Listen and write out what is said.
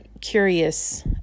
curious